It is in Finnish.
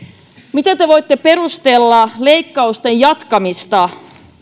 miten te voitte perustella leikkausten jatkamista